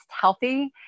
healthy